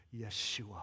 Yeshua